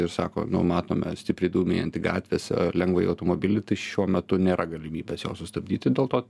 ir sako nu matome stipriai dūmijantį gatvėse lengvąjį automobilį tai šiuo metu nėra galimybės jo sustabdyti dėl to